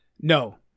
No